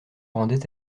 rendait